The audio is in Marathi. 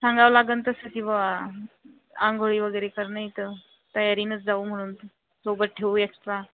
सांगावं लागेल तसं की बुवा अंघोळी वगैरे कर नाही तर तयारीनंच जाऊ म्हणून सोबत ठेऊ एक्स्ट्रा